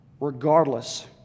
regardless